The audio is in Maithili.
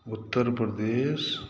उत्तरप्रदेश